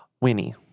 Winnie